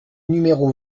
numéro